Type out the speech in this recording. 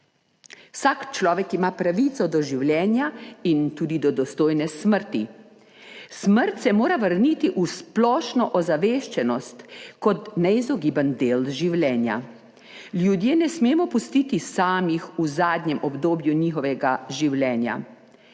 Vsak človek ima pravico do življenja in tudi do dostojne smrti. Smrt se mora vrniti v splošno ozaveščenost kot neizogiben del življenja. Ljudje ne smemo pustiti samih v zadnjem obdobju njihovega življenja.